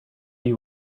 you